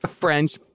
French